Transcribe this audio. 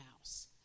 house